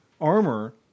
armor